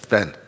Ben